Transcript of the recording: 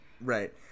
Right